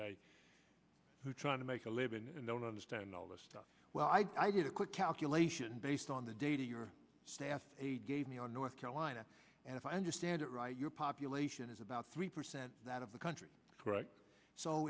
day who are trying to make a living in don't understand all this stuff well i did a quick calculation based on the data your stats a gave me on north carolina and if i understand it right your population is about three percent that of the country